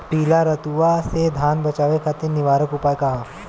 पीला रतुआ से धान बचावे खातिर निवारक उपाय का ह?